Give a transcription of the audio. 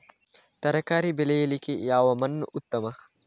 ತರಕಾರಿ ಬೆಳೆಯಲಿಕ್ಕೆ ಯಾವ ಮಣ್ಣು ಉತ್ತಮ?